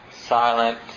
silent